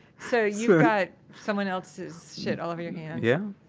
so you've got someone else's shit all over your hands yeah,